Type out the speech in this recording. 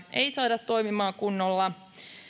ei saada toimimaan kunnolla